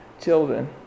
children